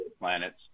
planets